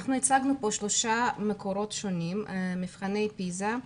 אנחנו הצגנו כאן שלושה מקורות שונים מבחני פיזה,